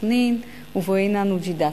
סח'נין ובועיינה-נוג'ידאת.